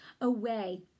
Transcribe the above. away